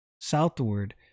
southward